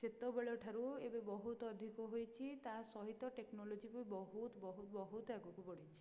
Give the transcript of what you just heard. ସେତେବେଳ ଠାରୁ ଏବେ ବହୁତ ଅଧିକ ହେଇଛି ତା ସହିତ ଟେକ୍ନୋଲୋଜି ବି ବହୁତ ବହୁତ ବହୁତ ଆଗକୁ ବଢ଼ିଛି